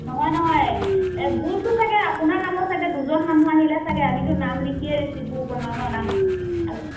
নহয় নহয় ভুলটো চাগৈ আপোনাৰ নামৰ চাগৈ দুজন মানুহ আহিলে চাগৈ আমিতো নাম লিখিয়েই ৰিচিভ বুক বনাওঁ ন নাম